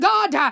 God